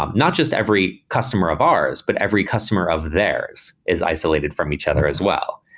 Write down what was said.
um not just every customer of ours, but every customer of theirs is isolated from each other as well,